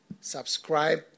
subscribe